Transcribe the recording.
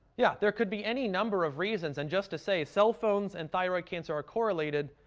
yeah, there could be any number of reasons. and just to say cell phones and thyroid cancer are correlated,